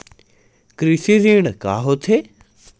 कृषि ऋण का होथे?